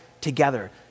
together